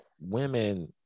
women